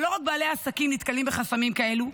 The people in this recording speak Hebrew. אבל לא רק בעלי העסקים נתקלים בחסמים כאלה,